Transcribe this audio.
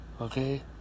okay